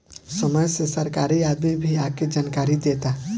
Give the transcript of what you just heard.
समय से सरकारी आदमी भी आके जानकारी देता